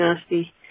nasty